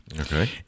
Okay